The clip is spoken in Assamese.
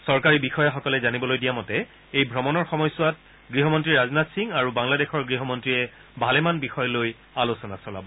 চৰকাৰী বিষয়াসকলে জানিবলৈ দিয়া মতে এই ভ্ৰমণৰ সময়ছোৱাত গৃহমন্ত্ৰী ৰাজনাথ সিং আৰু বাংলাদেশৰ গৃহমন্ত্ৰীয়ে ভালেমান বিষয় লৈ আলোচনা চলাব